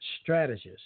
strategist